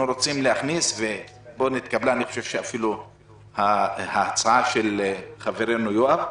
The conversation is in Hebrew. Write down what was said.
לכן התקבלה ההצעה של חברנו יואב,